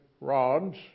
rods